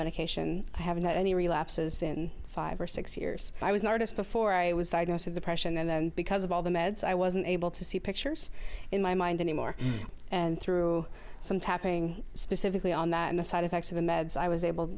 medication i haven't had any relapses in five or six years i was nervous before i was diagnosed with depression and because of all the meds i wasn't able to see pictures in my mind anymore and through some tapping specifically on that and the side effects of the meds i was able to